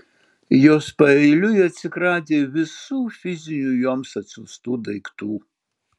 jos paeiliui atsikratė visų fizinių joms atsiųstų daiktų